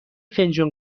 فنجون